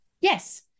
Yes